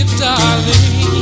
darling